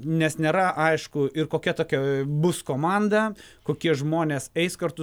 nes nėra aišku ir kokia tokia bus komanda kokie žmonės eis kartu